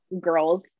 girls